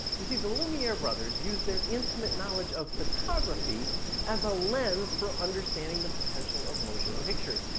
you see, the lumiere brothers use their intimate knowledge of photography as a lens for understanding the potential of motion pictures.